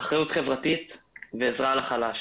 אחריות חברתית ועזרה לחלש.